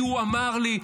כי הוא אמר לי,